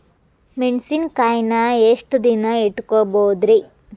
ಮೆಣಸಿನಕಾಯಿನಾ ಎಷ್ಟ ದಿನ ಇಟ್ಕೋಬೊದ್ರೇ?